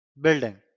building